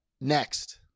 Next